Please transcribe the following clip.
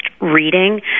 reading